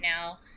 now